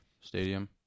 stadium